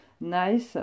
nice